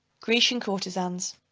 grecian courtezans.